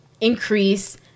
increase